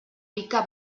pica